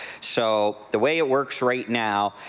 so the way it works right now,